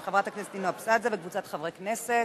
של חברת הכנסת נינו אבסדזה וקבוצת חברי הכנסת.